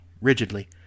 rigidly